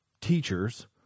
teachers